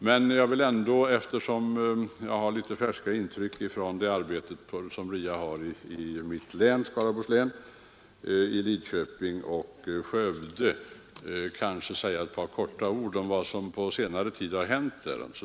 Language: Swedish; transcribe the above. Men jag vill ändå, eftersom jag har färska intryck från det arbete som RIA bedriver i Lidköping och Skövde inom mitt hemlän, Skaraborgs län, säga några få ord om vad som på senare tid hänt där.